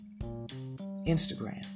Instagram